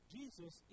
Jesus